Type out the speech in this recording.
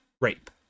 rape